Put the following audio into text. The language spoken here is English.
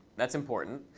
that's important.